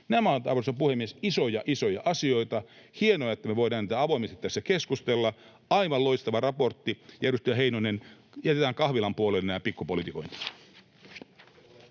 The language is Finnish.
Nämä ovat, arvoisa puhemies, isoja isoja asioita. Hienoa, että me voidaan niistä avoimesti tässä keskustella. Aivan loistava raportti. Ja edustaja Heinonen, jätetään kahvilan puolelle nämä pikkupolitikoinnit.